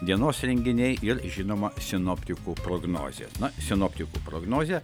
dienos renginiai ir žinoma sinoptikų prognozė na sinoptikų prognoze